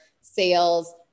sales